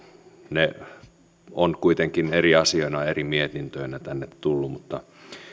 ne ovat kuitenkin eri asioina ja eri mietintöinä tänne tulleet mutta